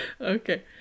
Okay